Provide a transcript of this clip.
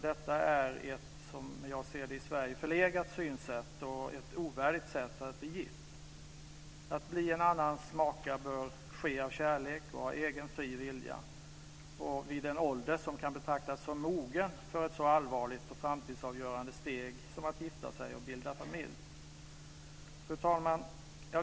Detta är, som jag ser det, ett i Sverige förlegat synsätt och ett ovärdigt sätt att bli gift. Att bli en annans maka bör ske av kärlek och av egen fri vilja och vid en ålder som kan betraktas som mogen för ett så allvarligt och framtidsavgörande steg som att gifta sig och bilda familj. Fru talman!